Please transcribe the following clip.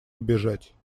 убежать